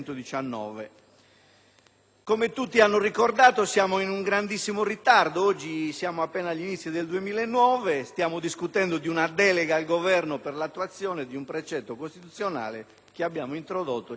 Come tutti hanno rammentato, siamo in grandissimo ritardo. Siamo appena all'inizio del 2009 e stiamo discutendo di una delega al Governo per l'attuazione di un precetto costituzionale che abbiamo introdotto già otto anni fa.